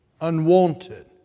Unwanted